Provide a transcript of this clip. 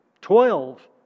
Twelve